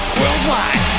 worldwide